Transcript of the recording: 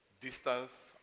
distance